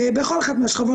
בכל אחת מהשכבות,